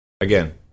Again